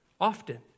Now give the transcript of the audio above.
often